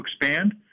expand